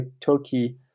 Turkey